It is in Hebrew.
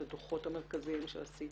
את הדוחות המרכזיים שעשית?